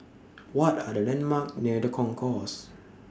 What Are The landmarks near The Concourse